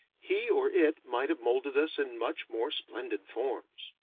he or it might have molded us in much more splendid forms.